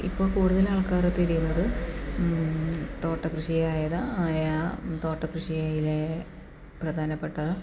ഇപ്പോൾ കൂടുതലും ആൾക്കാറ് തിരിയുന്നത് തോട്ടകൃഷി ആയ തോട്ടകൃഷിയിലെ പ്രധാനപ്പെട്ട